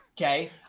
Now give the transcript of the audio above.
Okay